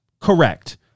correct